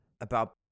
About-